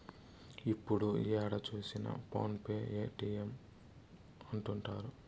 ఇప్పుడు ఏడ చూసినా ఫోన్ పే పేటీఎం అంటుంటారు